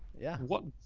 yeah. what,